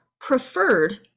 preferred